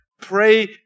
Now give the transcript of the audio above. Pray